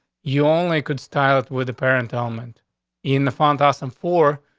you only could style with a parent element in the font house. and four,